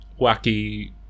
wacky